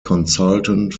consultant